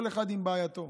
כל אחד עם בעייתו.